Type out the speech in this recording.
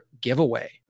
giveaway